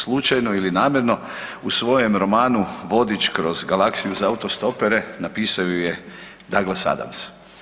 Slučajno ili namjerno u svojem romanu Vodič kroz galaksiju za autostopere napisao ju je Douglas Adams.